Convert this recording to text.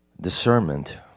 discernment